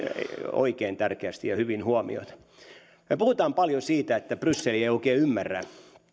oikein tärkeitä ja hyviä huomioita me puhumme paljon siitä että bryssel ei ei oikein ymmärrä